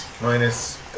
minus